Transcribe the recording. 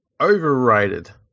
overrated